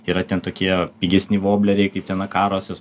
yra ten tokie pigesni vobleriai kaip ten akarosis